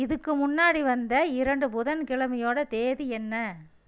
இதுக்கு முன்னாடி வந்த இரண்டு புதன்கிழமையோட தேதி என்ன